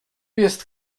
jest